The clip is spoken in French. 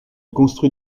construit